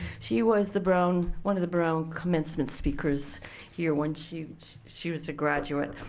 she was the brown, one of the brown commencement speakers here when she she was a graduate.